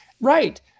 right